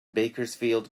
bakersfield